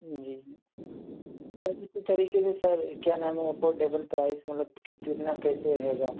جی اور اسی طریقے سے سر کیا نام ہے افورڈیبل پرائس مطلب کہ کتنا کیسے رہے گا